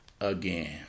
again